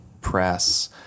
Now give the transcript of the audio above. press